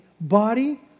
body